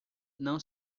não